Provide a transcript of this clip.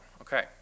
Okay